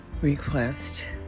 request